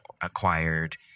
acquired